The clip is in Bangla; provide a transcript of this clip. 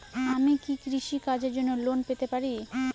আমি কি কৃষি কাজের জন্য লোন পেতে পারি?